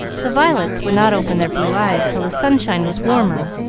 the violets would not open their blue eyes till the sunshine was warmer,